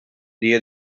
dia